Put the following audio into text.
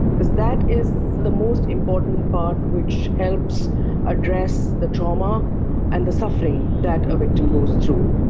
because that is the most important part which helps address the trauma and the suffering that a victim goes through,